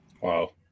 wow